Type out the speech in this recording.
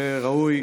וראוי,